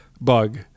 bug